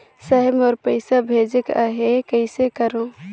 साहेब मोर पइसा भेजेक आहे, कइसे करो?